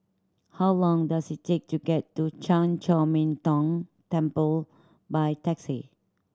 how long does it take to get to Chan Chor Min Tong Temple by taxi